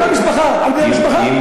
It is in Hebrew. על המשפחה, על בני המשפחה.